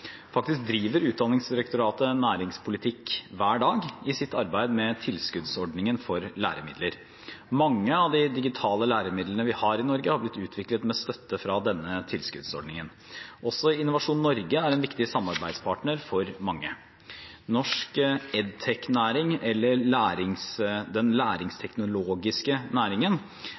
Faktisk driver Utdanningsdirektoratet med næringspolitikk hver dag i sitt arbeid med tilskuddsordningen for læremidler. Mange av de digitale læremidlene vi har i Norge, har blitt utviklet med støtte fra denne tilskuddsordningen. Også Innovasjon Norge er en viktig samarbeidspartner for mange. Norsk EdTech-næring, eller den læringsteknologiske næringen,